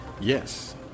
yes